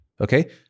okay